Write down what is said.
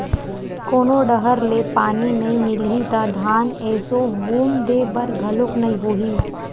कोनो डहर ले पानी नइ मिलही त धान एसो हुम दे बर घलोक नइ होही